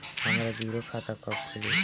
हमरा जीरो खाता कब खुली?